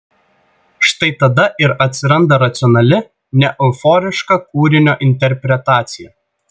štai tada ir atsiranda racionali neeuforiška kūrinio interpretacija